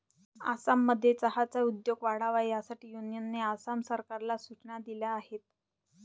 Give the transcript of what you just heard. आसाममध्ये चहाचा उद्योग वाढावा यासाठी युनियनने आसाम सरकारला सूचना दिल्या आहेत